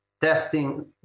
testing